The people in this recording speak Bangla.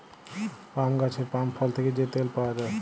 পাম গাহাচের পাম ফল থ্যাকে যে তেল পাউয়া যায়